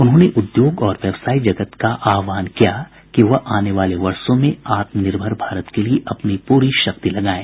उन्होंने उद्योग और व्यवसाय जगत का आह्वान किया कि वह आने वाले वर्षो में आत्मनिर्भर भारत के लिए अपनी पूरी शक्ति लगाएं